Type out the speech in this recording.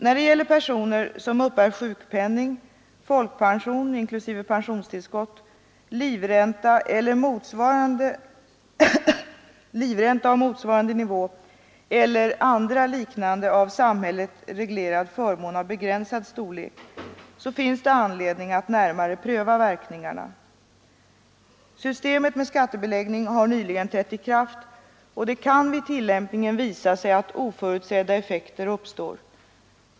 När det gäller personer som uppbär sjukpenning, folkpension inklusive pensionstillskott, livränta av motsvarande nivå eller annan liknande av samhället reglerad förmån av begränsad storlek finns det anledning att närmare pröva verkningarna. Systemet med skattebeläggning har nyligen trätt i kraft och det kan vid tillämpningen visa sig att oförutsedda effekter uppstår.